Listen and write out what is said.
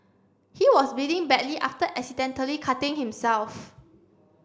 he was bleeding badly after accidentally cutting himself